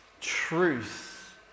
truth